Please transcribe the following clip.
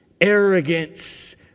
arrogance